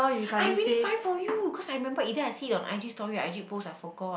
I really find for you cause I remember either I see it on I_G story or I_G post I forgot